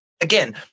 again